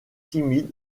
timide